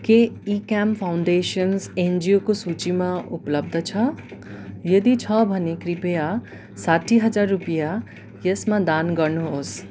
के इक्याम फाउन्डेसन एनजिओको सूचीमा उपलब्ध छ यदि छ भने कृपया साठी हजार रुपियाँ यसमा दान गर्नुहोस्